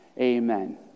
amen